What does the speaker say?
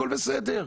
והכול בסדר.